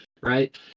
right